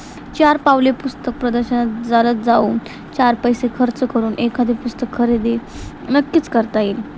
चार पावले पुस्तक प्रदर्शनात चालत जाऊन चार पैसे खर्च करून एखादी पुस्तक खरेदी नक्कीच करता येईल